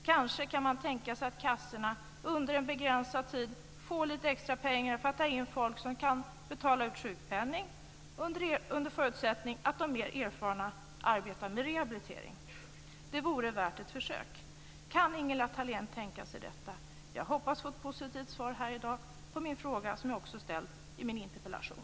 Kanske kan man tänka sig att kassorna under en begränsad tid får lite extra pengar för att ta in folk som kan betala ut sjukpenning, under förutsättning att de mer erfarna arbetar med rehabilitering. Det vore värt ett försök. Kan Ingela Thalén tänka sig detta? Jag hoppas få ett positivt svar här i dag på min fråga, som jag också ställt i min interpellation.